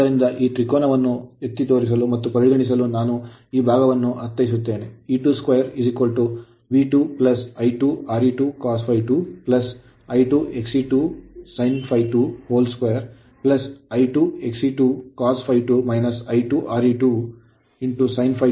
ಆದ್ದರಿಂದ ಈ ತ್ರಿಕೋನವನ್ನು ಎತ್ತಿ ತೋರಿಸಲು ಮತ್ತು ಪರಿಗಣಿಸಲು ನಾನು ಈ ಭಾಗವನ್ನು ಅರ್ಥೈಸುತ್ತೇನೆ E2 2 V2 I2 Re2 cos ∅2 I2 Xe2 sin ∅2 2 I2 Xe2 cos ∅2 I2 Re2 sin ∅2 2